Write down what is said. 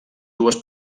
dues